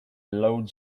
load